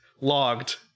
logged